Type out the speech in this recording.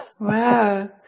Wow